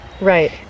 Right